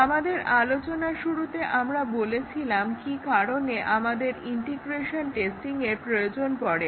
আমাদের আলোচনার শুরুতে আমরা বলেছিলাম কি কারনে আমাদের ইন্টিগ্রেশন টেস্টিংয়ের প্রয়োজন পড়ে